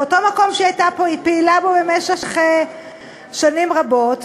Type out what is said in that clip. באותו מקום שהיא הייתה פעילה בו במשך שנים רבות,